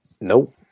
Nope